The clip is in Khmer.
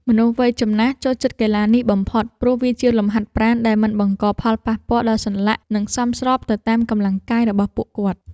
មនុស្សវ័យចំណាស់ចូលចិត្តកីឡានេះបំផុត ព្រោះវាជាលំហាត់ប្រាណដែលមិនបង្កផលប៉ះពាល់ដល់សន្លាក់ និងសមស្របទៅតាមកម្លាំងកាយរបស់ពួកគាត់។